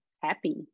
happy